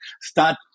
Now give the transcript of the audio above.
start